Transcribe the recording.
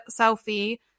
selfie